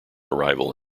arrival